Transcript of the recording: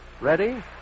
Ready